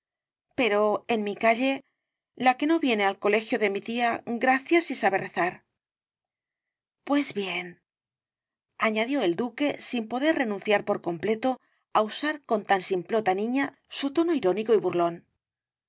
pero en mi calle la que no viene al colegio de mi tía gracias si sabe rezar pues bien añadió el duque sin poder renunciar por completo á usar con tan simplota niña su tono irónico y burlón